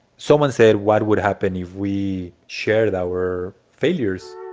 someone said, what would happen if we shared our failures?